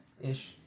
Ish